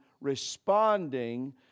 responding